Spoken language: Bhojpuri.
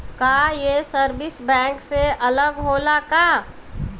का ये सर्विस बैंक से अलग होला का?